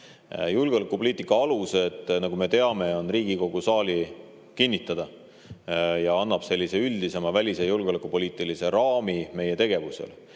Julgeolekupoliitika alused, nagu me teame, on Riigikogu saali kinnitada ja annavad sellise üldisema välis‑ ja julgeolekupoliitilise raami meie tegevusele.